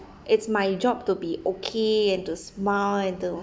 it's my job to be okay and to smile and to